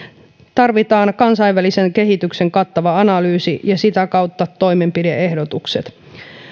tarvitaan kansainvälisen kehityksen kattava analyysi ja sitä kautta toimenpide ehdotukset